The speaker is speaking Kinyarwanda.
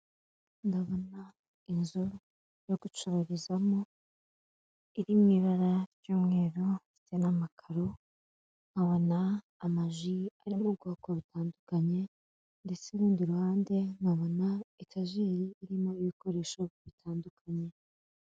Ndabona inzu yo gucururizamo, iri mu ibara ry'umweru ndetse n'amakaro, nkabona amaji ari mu bwoko butandukanye, ndetse urundi ruhande nkabona etajeri irimo ibikoresho bitandukanye.